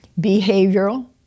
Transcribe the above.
behavioral